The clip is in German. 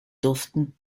duften